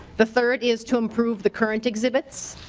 the third is to improve the current exhibits.